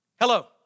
Hello